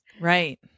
Right